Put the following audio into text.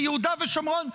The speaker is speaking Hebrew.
ביהודה ושומרון.